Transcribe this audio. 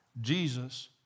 Jesus